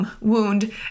wound